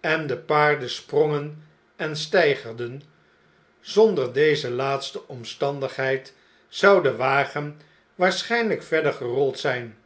en de paarden sprongen en steigerden zonder deze laatste omstandigheid zou de wagen waarschijnljjk verder gerold zijn